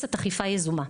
מבוססת אכיפה יזומה.